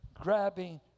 grabbing